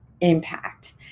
impact